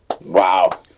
Wow